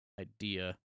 idea